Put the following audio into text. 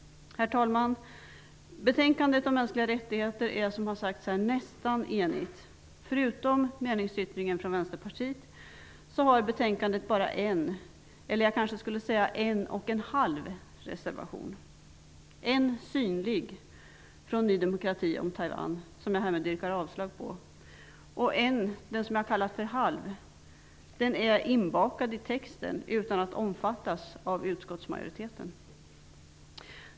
Herr talman! Utskottet är, som tidigare sagts, nästan enigt i betänkandet om mänskliga rättigheter. Förutom meningsyttringen från Vänsterpartiet finns det bara en reservation. Jag kanske skulle säga en och en halv reservation. Det finns en synlig reservation från Ny demokrati som handlar om Taiwan. Den yrkar jag härmed avslag på. Den halva reservationen är inbakad i texten utan att omfattas av utskottsmajoriteten.